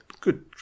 Good